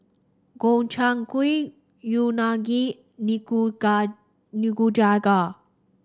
Gobchang Gui Unagi Nikujaga